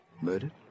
Murdered